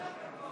כל הכבוד.